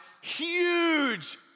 huge